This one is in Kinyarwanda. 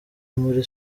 muri